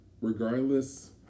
regardless